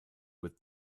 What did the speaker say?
with